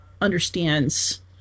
understands